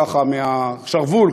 ככה מהשרוול,